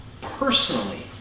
personally